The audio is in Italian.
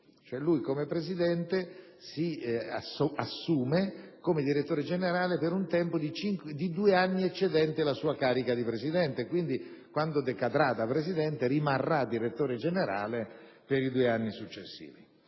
come Presidente; si assume come direttore generale per un tempo di due anni eccedenti la sua carica di presidente. Quindi, quando decadrà da presidente, rimarrà in carica come direttore generale per i due anni successivi.